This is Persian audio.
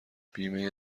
بیمه